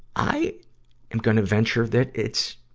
i am gonna venture that it's,